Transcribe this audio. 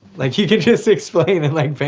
like you can just explain and like paint